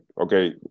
okay